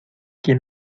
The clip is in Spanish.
quien